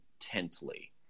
intently